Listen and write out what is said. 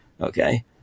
okay